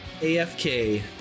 AFK